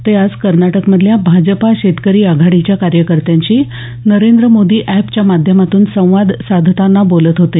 ते आज कर्नाटकमधल्या भाजपा शेतकरी आघाडीच्या कार्यकर्त्यांशी नरेंद्र मोदी एपच्या माध्यमातून संवाद साधताना बोलत होते